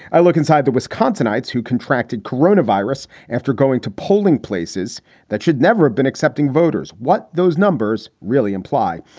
i look inside the wisconsinites who contracted corona virus after going to polling places that should never have been accepting voters. what those numbers really imply.